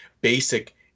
basic